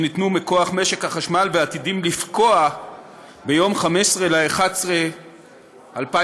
שניתנו מכוח משק החשמל ועתידים לפקוע ביום 15 בנובמבר 2017,